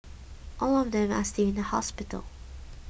all of them are still in a hospital